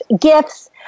gifts